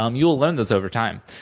um you'll learn those, over time.